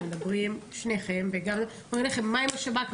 מדברים שניכם תמיד אומרים לכם מה עם השב"כ,